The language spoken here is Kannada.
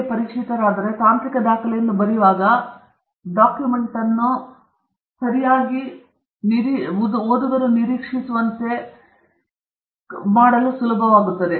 ನೀವು ಪರಿಚಿತರಾದರೆ ನೀವು ತಾಂತ್ರಿಕ ದಾಖಲೆಯನ್ನು ಬರೆಯುವಾಗ ಡಾಕ್ಯುಮೆಂಟ್ ಅನ್ನು ಸರಿ ನಿರೀಕ್ಷಿಸುವಂತೆ ಮಾಡಲು ಸುಲಭವಾಗುತ್ತದೆ